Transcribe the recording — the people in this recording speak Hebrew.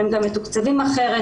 הם גם מתוקצבים אחרת,